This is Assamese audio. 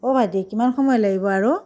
অঁ ভাইটি কিমান সময় লাগিব আৰু